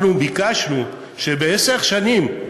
אנחנו ביקשנו שבעשר שנים,